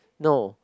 no